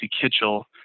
Kitchell